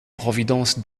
providence